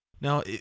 Now